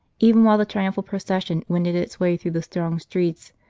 even while the triumphal pro cession wended its way through the thronged streets,